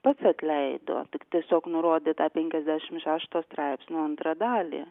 pats atleido tik tiesiog nurodė tą penkiasdešim šešto straipsnio antrą dalį